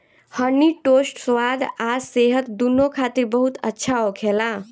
हनी toast स्वाद आ सेहत दूनो खातिर बहुत अच्छा होखेला